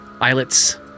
islets